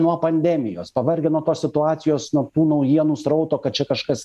nuo pandemijos pavargę nuo tos situacijos nuo tų naujienų srauto kad čia kažkas